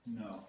No